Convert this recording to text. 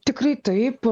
tikrai taip